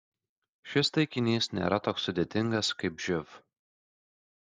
šis taikinys nėra toks sudėtingas kaip živ